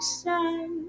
sun